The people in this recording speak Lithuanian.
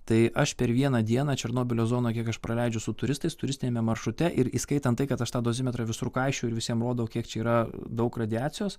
tai aš per vieną dieną černobylio zonoj kiek aš praleidžiu su turistais turistiniame maršrute ir įskaitant tai kad aš tą dozimetrą visur kaišioju ir visiem rodau kiek čia yra daug radiacijos